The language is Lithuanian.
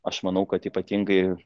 aš manau kad ypatingai